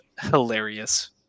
hilarious